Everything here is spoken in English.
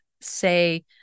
say